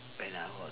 when I was